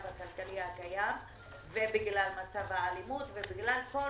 הכלכלי הקיים ובגלל מצב האלימות ובגלל כל